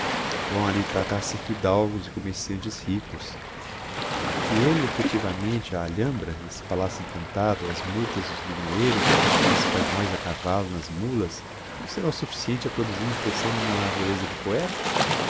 ali tratar se fidalgos e commerciantes ricos que elle effectivamente a alhambra esse palacio encantado as murtas e os limoeiros os hespanhoes a cavallo nas mulas não será o sufficiente a produzir impressão n'uma natureza de poeta